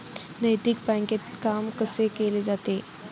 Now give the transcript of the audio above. नैतिक बँकेत काम कसे केले जाते?